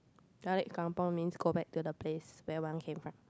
balik kampung means go back to the place where one came from